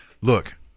look